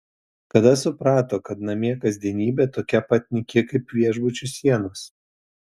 kada suprato kad namie kasdienybė tokia pat nyki kaip viešbučių sienos